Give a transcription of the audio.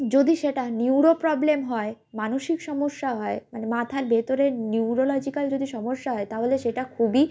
যদি সেটা neuro problem হয় মানসিক সমস্যা হয় মানে মাথার ভিতরে নিউরোলজিক্যাল যদি সমস্যা হয় তাহলে সেটা খুবই